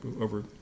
over